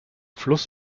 fluss